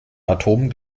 atomen